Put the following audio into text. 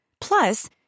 Plus